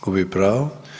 Gubi pravo.